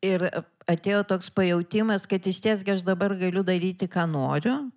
ir atėjo toks pajautimas kad išties gi aš dabar galiu daryti ką noriu